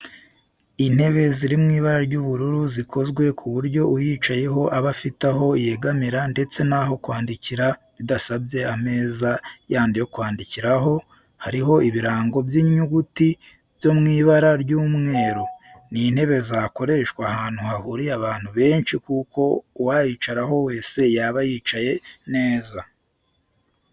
Intebe ziri mu ibara ry'ubururu zikozwe ku buryo uyicayeho aba afite aho yegamira ndetse n'aho kwandikira bidasabye ameza yandi yo kwandikiraho, hariho ibirango by'inyuguti byo mw'ibara ry'umweru. Ni intebe zakoreshwa ahantu hahuriye abantu benshi kuko uwayicaraho wese yaba yicaye neza